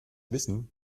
wissen